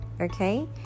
okay